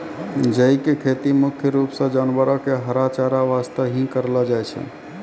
जई के खेती मुख्य रूप सॅ जानवरो के हरा चारा वास्तॅ हीं करलो जाय छै